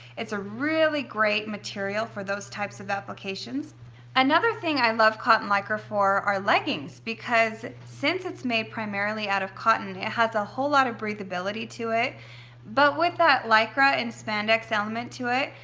it's a really great material for those types of applications another thing i love cotton lycra for are leggings because since it's made primarily out of cotton it has a whole lot of breathability to it but with that lycra and spandex element to it,